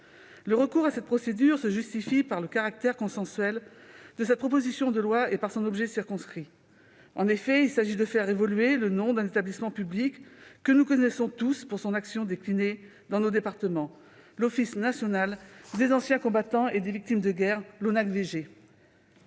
Le recours à cette procédure se justifie par le caractère consensuel de cette proposition de loi et par son objet circonscrit. En effet, il s'agit de faire évoluer le nom d'un établissement public que nous connaissons tous pour son action déclinée dans nos départements, à savoir l'Office national des anciens combattants et victimes de guerre, l'ONACVG.